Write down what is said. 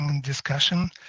discussion